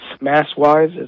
mass-wise